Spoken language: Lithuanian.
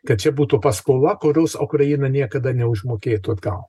kad čia būtų paskola kurios ukraina niekada neužmokėtų atgal